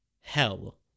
hell